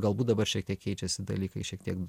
galbūt dabar šiek tiek keičiasi dalykai šiek tiek